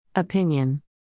Opinion